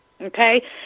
okay